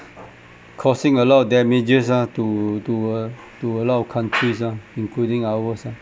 causing a lot of damages ah to to uh to a lot of countries ah including ours ah